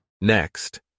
Next